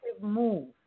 move